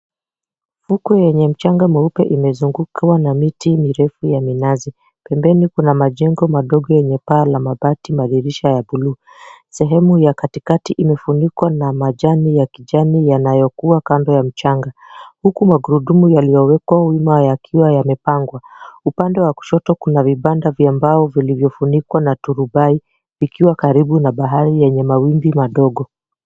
Fuko yenye mchanga mweupe imezungukwa na miti mirefu ya minazi. Pembeni kuna majengo madogo yenye paa la mabati, madirisha ya blue . Sehemu ya katikati imefunikwa na majani ya kijani yanayokua kando ya mchanga. Huku magurudumu yaliyowekwa wima yakiwa yamepangwa. Upande wa kushoto kuna vibanda vya mbao vilivyofunikwa na turubai, vikiwa karibu na bahari yenye mawimbi madogo.